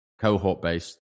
cohort-based